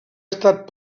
estat